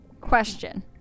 question